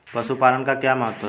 पशुपालन का क्या महत्व है?